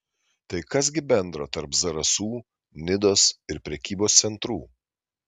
tai kas gi bendro tarp zarasų nidos ir prekybos centrų